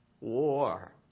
war